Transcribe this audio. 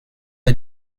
est